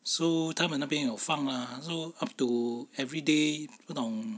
so 他们那边有放 lah so up to everyday 不懂